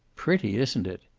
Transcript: pretty, isn't it?